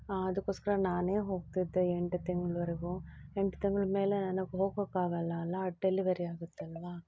ಹಾಂ ಅದಕ್ಕೋಸ್ಕರ ನಾನೇ ಹೋಗ್ತಿದ್ದೆ ಎಂಟು ತಿಂಗಳ್ವರೆಗೂ ಎಂಟು ತಿಂಗ್ಳ ಮೇಲೆ ನನಗೆ ಹೋಗೋಕ್ಕಾಗೋಲ್ಲ ಅಲ್ಲ ಡೆಲಿವರಿ ಆಗುತ್ತಲ್ವ